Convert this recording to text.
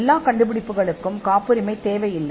எல்லா கண்டுபிடிப்புகளுக்கும் காப்புரிமை தேவையில்லை